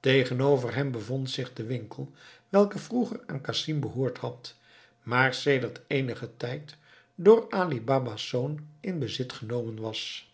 tegenover hem bevond zich de winkel welke vroeger aan casim behoord had maar sedert eenigen tijd door ali baba's zoon in bezit genomen was